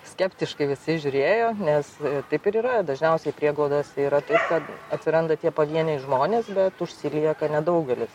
skeptiškai visi žiūrėjo nes taip ir yra dažniausiai prieglaudos yra taip kad atsiranda tie pavieniai žmonės bet užsilieka nedaugelis